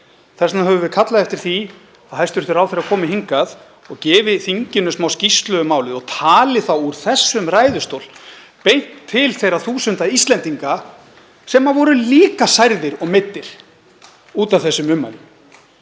vegna höfum við kallað eftir því að hæstv. ráðherra komi hingað og gefi þinginu skýrslu um málið og tali úr þessum ræðustól beint til þeirra þúsunda Íslendinga sem voru líka særðir og meiddir út af þessum ummælum.